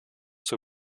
zur